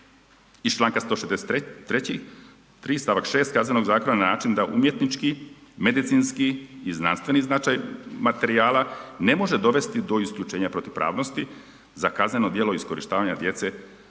članka 163. stavak 3. KZ-a na način da umjetnički, medicinski i znanstveni značaj materijala ne može dovesti do isključenja protupravnosti za kazneno djelo iskorištavanja djece za